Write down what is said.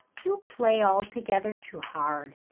you play altogether too hard.